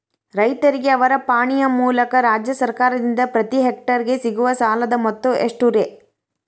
ರೈತರಿಗೆ ಅವರ ಪಾಣಿಯ ಮೂಲಕ ರಾಜ್ಯ ಸರ್ಕಾರದಿಂದ ಪ್ರತಿ ಹೆಕ್ಟರ್ ಗೆ ಸಿಗುವ ಸಾಲದ ಮೊತ್ತ ಎಷ್ಟು ರೇ?